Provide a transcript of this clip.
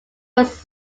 was